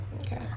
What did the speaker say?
Okay